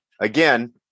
again